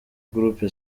groupe